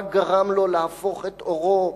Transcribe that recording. מה גרם לו להפוך את עורו?